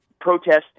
protest